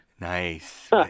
Nice